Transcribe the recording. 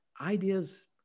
Ideas